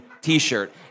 T-shirt